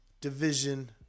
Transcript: division